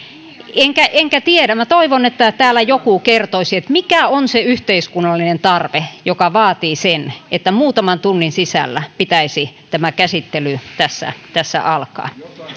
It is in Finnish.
enkä enkä tiedä minä toivon että täällä joku kertoisi mikä on se yhteiskunnallinen tarve joka vaatii sen että muutaman tunnin sisällä pitäisi tämä käsittely tässä tässä alkaa